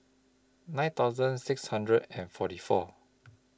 nine thousand six hundred and forty four